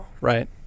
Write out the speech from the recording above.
right